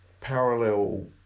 parallel